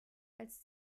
als